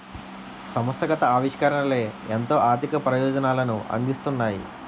సంస్థాగత ఆవిష్కరణలే ఎంతో ఆర్థిక ప్రయోజనాలను అందిస్తున్నాయి